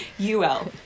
UL